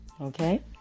Okay